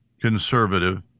conservative